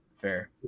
Fair